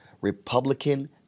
Republican